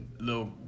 little